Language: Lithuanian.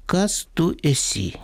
kas tu esi